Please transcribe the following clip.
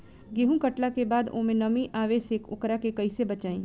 गेंहू कटला के बाद ओमे नमी आवे से ओकरा के कैसे बचाई?